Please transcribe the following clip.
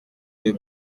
des